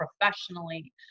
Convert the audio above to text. professionally